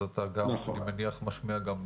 אז אני מניח שאתה גם משמיע עמדה.